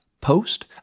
post